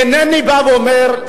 אינני בא ואומר,